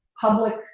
public